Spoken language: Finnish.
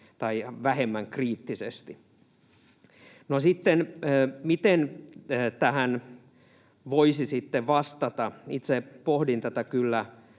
tai vähemmän kriittisesti. No miten tähän voisi sitten vastata? Itse pohdin tätä kyllä